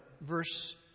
verse